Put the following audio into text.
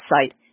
site